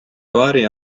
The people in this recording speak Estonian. paari